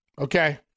Okay